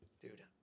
Dude